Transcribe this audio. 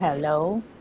Hello